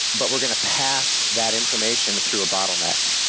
but we're going to pass that information through a bottleneck,